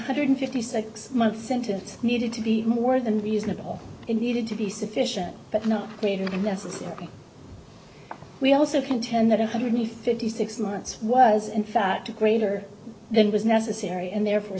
hundred fifty six month sentence needed to be more than reasonable and needed to be sufficient but not greater than necessary we also contend that one hundred fifty six months was in fact a greater than was necessary and therefore